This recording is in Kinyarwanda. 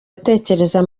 atekereza